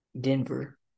Denver